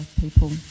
people